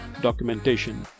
documentation